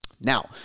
Now